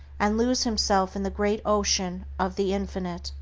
and lose himself in the great ocean of the infinite.